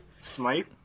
Smite